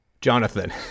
Jonathan